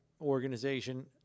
organization